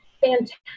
fantastic